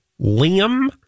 Liam